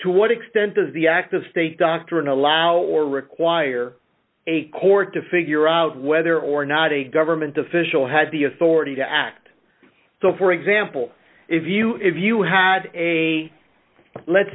to what extent does the act of state doctrine allow or require a court to figure out whether or not a government official has the authority to act so for example if you if you had a let's